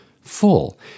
full